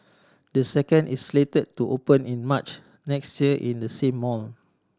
the second is slated to open in March next year in the same mall